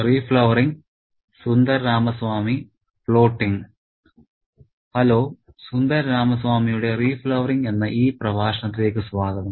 hello Sundara രാമസ്വാമിയുടെ reflowering എന്ന ഈ പ്രഭാഷണത്തിലേക്ക് സ്വാഗതം